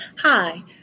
Hi